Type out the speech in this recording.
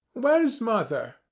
where's mother?